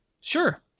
Sure